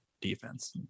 defense